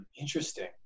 Interesting